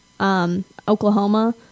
Oklahoma